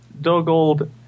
Dogold